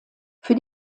für